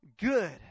good